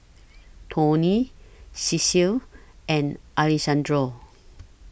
Toney Cecil and Alexandro